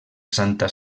santa